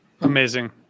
amazing